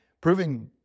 proving